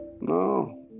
No